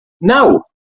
Now